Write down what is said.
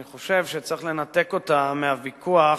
אני חושב שצריך לנתק אותה מהוויכוח,